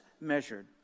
measured